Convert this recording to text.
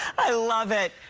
i love it.